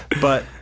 But-